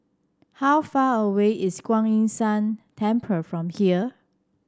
how far away is Kuan Yin San Temple from here